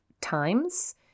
times